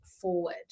forward